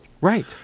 Right